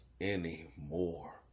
anymore